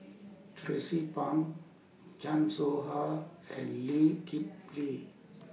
Tracie Pang Chan Soh Ha and Lee Kip Lee